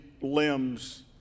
limbs